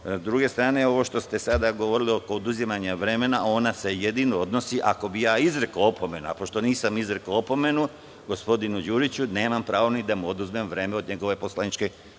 druge strane, ovo što ste sada govorili oko oduzimanja vremena, ona se jedino odnosi ako bih ja izrekao opomenu, a pošto nisam izrekao opomenu gospodinu Đuriću, nemam pravo ni da mu oduzmem vreme od njegove poslaničke